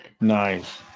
Nice